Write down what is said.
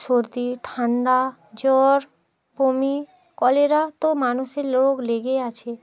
সর্দি ঠান্ডা জ্বর বমি কলেরা তো মানুষের রোগ লেগেই আছে